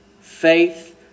faith